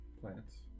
plants